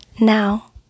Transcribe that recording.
Now